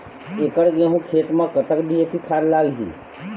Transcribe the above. एकड़ गेहूं खेत म कतक डी.ए.पी खाद लाग ही?